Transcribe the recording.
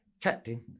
captain